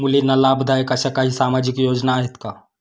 मुलींना लाभदायक अशा काही सामाजिक योजना आहेत का?